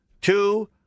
two